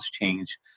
change